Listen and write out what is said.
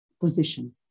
position